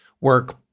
work